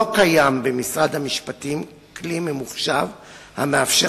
לא קיים במשרד המשפטים כלי ממוחשב המאפשר